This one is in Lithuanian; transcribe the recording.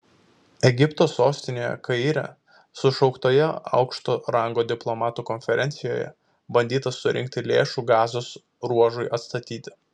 egipto sostinėje kaire sušauktoje aukšto rango diplomatų konferencijoje bandyta surinkti lėšų gazos ruožui atstatyti